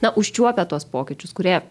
na užčiuopia tuos pokyčius kurie